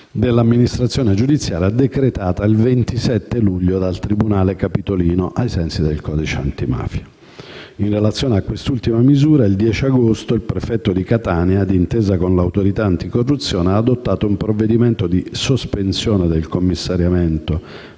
dell'amministrazione giudiziaria decretata il 27 luglio dal tribunale capitolino, ai sensi del codice antimafia. In relazione a quest'ultima misura, il 10 agosto, il prefetto di Catania, d'intesa con l'Autorità anticorruzione, ha adottato un provvedimento di sospensione del commissariamento